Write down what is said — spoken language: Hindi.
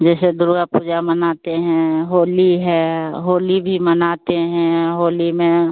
जैसे दुर्गा पूजा मनाते हैं होली है होली भी मनाते हैं होली में